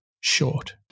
short